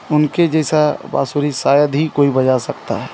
उनके जैसी बाँसुरी शायद ही कोई बजा सकता है